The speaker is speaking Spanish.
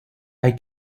hay